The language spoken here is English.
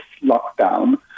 lockdown